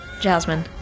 Jasmine